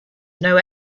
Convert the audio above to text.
know